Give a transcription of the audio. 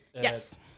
Yes